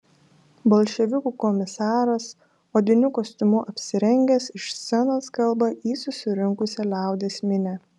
bolševikų komisaras odiniu kostiumu apsirengęs iš scenos kalba į susirinkusią liaudies minią